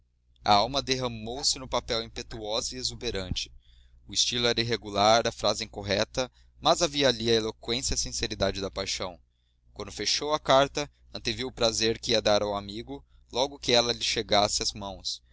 a alma derramou-se no papel impetuosa e exuberante o estilo era irregular a frase incorreta mas havia ali a eloqüência e a sinceridade da paixão quando fechou a carta anteviu o prazer que ia dar ao amigo logo que ela lhe chegasse às mãos